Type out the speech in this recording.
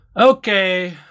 Okay